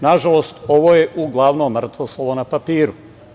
Nažalost, ovo je uglavnom mrtvo slovo na papiru.